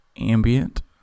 ambient